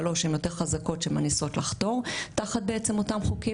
שלוש שהן יותר חזקות שמנסות לחתור תחת בעצם אותם חוקים